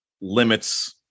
limits